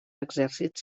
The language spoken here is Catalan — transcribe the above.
exèrcits